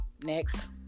Next